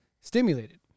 stimulated